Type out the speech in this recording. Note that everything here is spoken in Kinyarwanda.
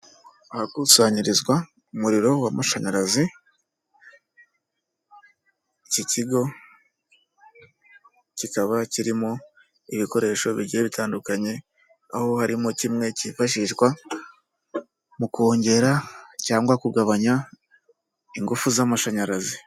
Ahakusanyirizwa umuriro w'amashanyarazi, iki kigo kikaba kirimo ibikoresho bigiye bitandukanye, aho harimo kimwe cyifashishwa mu kongera cyangwa kugabanya ingufu z'amashanyarazi.